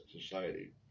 society